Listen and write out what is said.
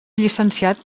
llicenciat